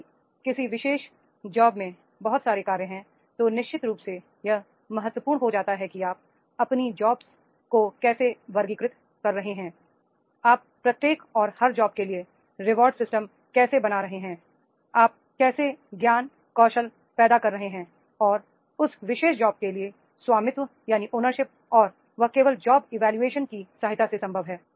यदि किसी विशेष जॉब में बहुत सारे कार्य हैं तो निश्चित रूप से यह महत्वपूर्ण हो जाता है कि आप अपनी जॉब्स को कैसे वर्गीकृत कर रहे हैं आप प्रत्येक और हर जॉब के लिए रिवॉर्ड सिस्टम कैसे बना रहे हैं आप कैसे ज्ञान कौशल पैदा कर रहे हैं और उस विशेष जॉब के लिए स्वामित्व और वह केवल जॉब इवोल्यूशन की सहायता से संभव है